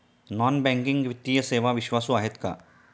Non banking वित्तीय सेवा विश्वासू आहेत का?